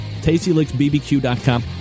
Tastylicksbbq.com